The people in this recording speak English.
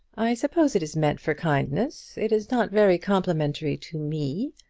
i suppose it is meant for kindness. it is not very complimentary to me.